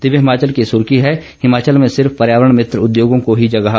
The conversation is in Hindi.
दिव्य हिमाचल की सुर्खी है हिमाचल में सिर्फ पर्यावरण मित्र उद्योंगों को ही जगह